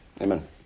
amen